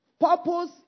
purpose